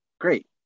great